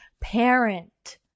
parent